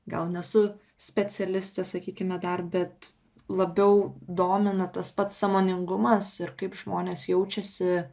gal nesu specialistė sakykime dar bet labiau domina tas pats sąmoningumas ir kaip žmonės jaučiasi